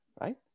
right